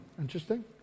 interesting